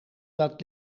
laat